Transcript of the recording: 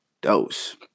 dose